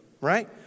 Right